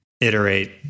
iterate